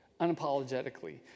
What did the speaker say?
unapologetically